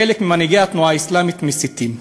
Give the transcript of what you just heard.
חלק ממנהיגי התנועה האסלאמית מסיתים.